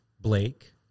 Blake